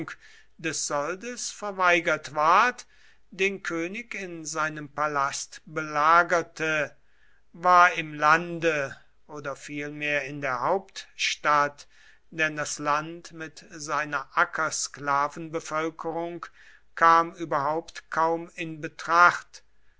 des soldes verweigert ward den könig in seinem palast belagerte war im lande oder vielmehr in der hauptstadt denn das land mit seiner ackersklavenbevölkerung kam überhaupt kaum in betracht